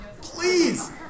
please